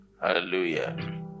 Hallelujah